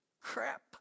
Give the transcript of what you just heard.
Crap